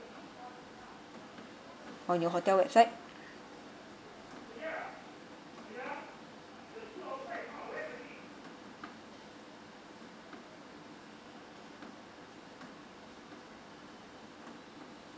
on your hotel website